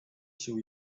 się